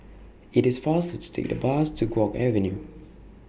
IT IS faster to Take The Bus to Guok Avenue